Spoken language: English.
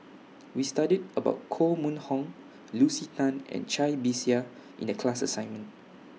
We studied about Koh Mun Hong Lucy Tan and Cai Bixia in The class assignment